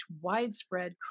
widespread